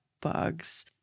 bugs